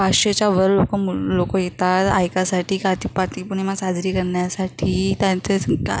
पाचशेच्या वर लोक मु लोक येतात ऐकासाठी कातीकपाती पूर्णिमा साजरी करण्यासाठी त्यांचे का